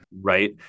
right